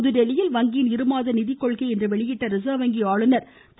புதுதில்லியில் வங்கியின் இருமாத நிதிக்கொள்கையை இன்று வெளியிட்ட வங்கி ஆளுநர் திரு